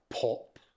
pop